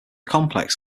complex